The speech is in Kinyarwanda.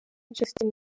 justin